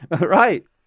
Right